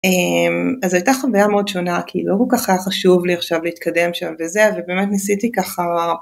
אז הייתה חוויה מאוד שונה כאילו לא כל כך היה חשוב לי עכשיו להתקדם שם וזה ובאמת ניסיתי ככה